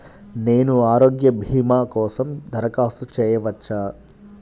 నేను ఆరోగ్య భీమా కోసం దరఖాస్తు చేయవచ్చా?